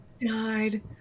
Died